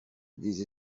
des